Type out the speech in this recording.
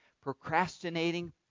procrastinating